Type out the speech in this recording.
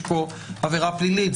יש פה עבירה פלילית,